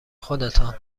خودتان